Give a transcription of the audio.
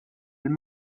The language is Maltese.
lill